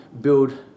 build